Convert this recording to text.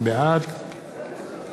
בעד